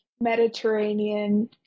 Mediterranean